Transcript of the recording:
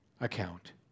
account